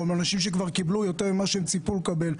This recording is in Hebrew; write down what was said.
אנשים שכבר קיבלו יותר ממה שהם ציפו לקבל,